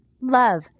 Love